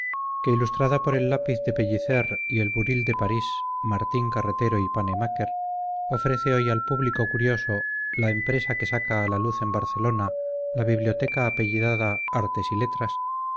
que ilustrada por el lápiz de pellicer y el buril de parís martín carretero y pannemáker ofrece hoy al público curioso la empresa que saca a luz en barcelona la biblioteca apellidada artes y letras